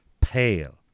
pale